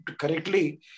correctly